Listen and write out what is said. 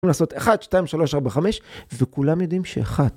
במקום לעשות אחת, שתיים, שלוש, ארבע, חמש, וכולם יודעים שאחת.